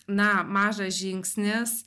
na mažas žingsnis